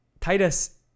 Titus